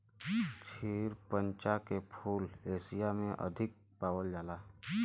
क्षीर चंपा के फूल एशिया में अधिक पावल जाला